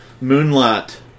Moonlight